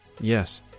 Yes